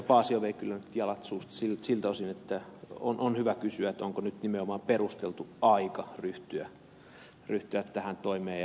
paasio vei nyt kyllä jalat suusta siltä osin että on hyvä kysyä onko nyt nimenomaan perusteltu aika ryhtyä tähän toimeen